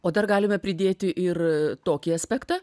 o dar galime pridėti ir tokį aspektą